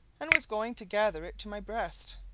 and was going to gather it to my breast.